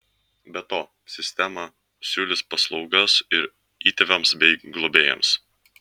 be to sistema siūlys paslaugas ir įtėviams bei globėjams